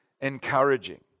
encouraging